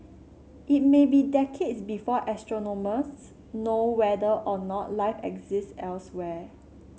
it may be decades before astronomers know whether or not life exists elsewhere